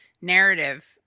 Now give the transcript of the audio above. narrative